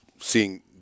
seeing